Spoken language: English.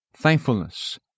thankfulness